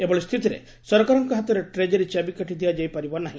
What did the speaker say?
ଏଭଳି ସ୍ଛିତିରେ ସରକାରଙ୍କ ହାତରେ ଟ୍ରେଜେରୀ ଚାବିକାଠି ଦିଆଯାଇପାରିବ ନାହି